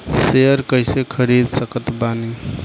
Share कइसे खरीद सकत बानी?